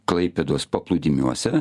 klaipėdos paplūdimiuose